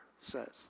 says